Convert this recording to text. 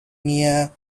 near